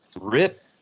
Rip